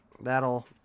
That'll